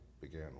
began